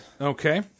Okay